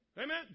Amen